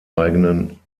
eigenen